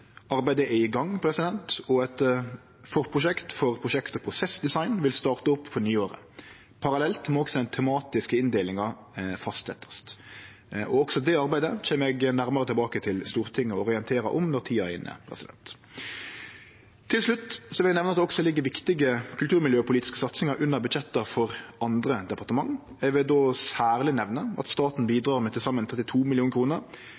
Arbeidet er i gang, og eit forprosjekt for prosjektet prosessdesign vil starte opp på nyåret. Parallelt må også den tematiske inndelinga fastsetjast. Også det arbeidet kjem eg nærmare tilbake til Stortinget og orienterer om når tida er inne. Til slutt vil eg nemne at det også ligg viktige kulturmiljøpolitiske satsingar under budsjetta for andre departement. Eg vil då særleg nemne at staten